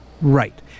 Right